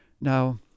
Now